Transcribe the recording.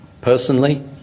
personally